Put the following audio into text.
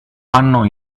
anno